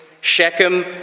Shechem